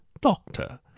doctor